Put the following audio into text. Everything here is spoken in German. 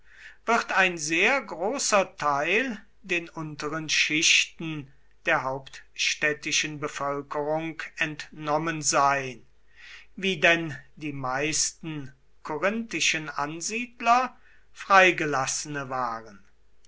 wird ein sehr großer teil den unteren schichten der hauptstädtischen bevölkerung entnommen sein wie denn die meisten korinthischen ansiedler freigelassene waren